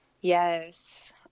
Yes